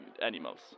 animals